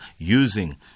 using